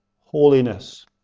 holiness